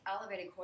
elevated